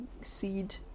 Seed